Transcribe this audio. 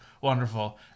wonderful